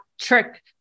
trick